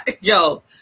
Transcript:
Yo